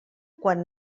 quan